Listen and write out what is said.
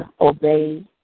obey